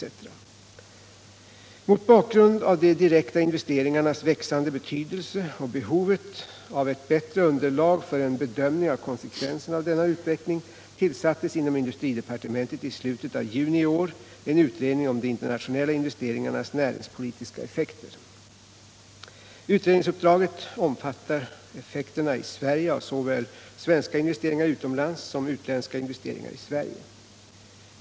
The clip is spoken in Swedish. kontroll över Mot bakgrund av de direkta investeringarnas växande betydelse och internationella behovet av ett bättre underlag för en bedömning av konsekvenserna av = investeringar denna utveckling tillsattes inom industridepartementet i slutet av juni i år en utredning om de internationella investeringarnas näringspolitiska effekter. Utredningsuppdraget omfattar effekterna i Sverige av såväl svenska investeringar utomlands som utländska investeringar i Sverige.